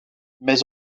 mais